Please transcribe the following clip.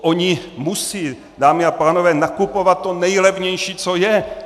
Oni musí, dámy a pánové, nakupovat to nejlevnější, co je.